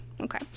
Okay